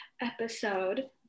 episode